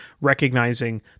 recognizing